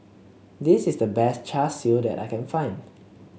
this is the best Char Siu that I can find